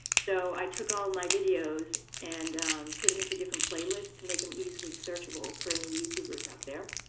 so i took all my videos and put them into different playlists to make them easily searchable for any youtubers out there.